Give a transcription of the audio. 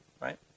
right